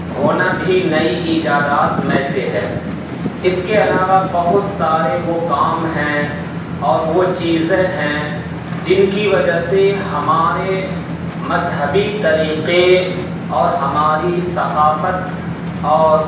ہونا بھی نئی ایجادات میں سے ہے اس کے علاوہ بہت سارے وہ کام ہیں اور وہ چیزیں ہیں جن کی وجہ سے ہمارے مذہبی طریقے اور ہماری ثقافت اور